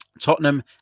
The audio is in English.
Tottenham